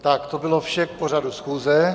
Tak to bylo vše k pořadu schůze.